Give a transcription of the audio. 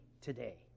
today